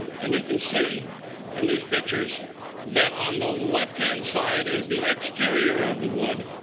and you can see in these pictures that on the left hand side is the exterior of the wood.